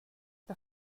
jag